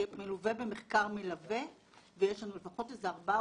מלווה במחקר מלווה ויש לנו לפחות ארבעה